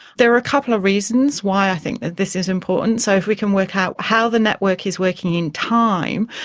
there are a couple of reasons why i think that this is important. so if we can work out how the network is working in time,